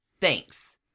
Thanks